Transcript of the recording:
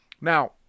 Now